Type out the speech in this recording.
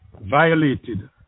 violated